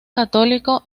católico